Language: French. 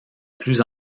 plus